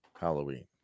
Halloween